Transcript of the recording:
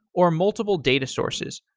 or multiple data sources.